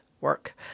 work